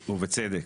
ובצדק,